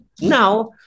Now